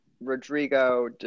Rodrigo